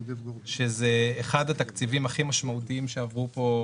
שזה אחד התקציבים הכי משמעותיים שעברו פה,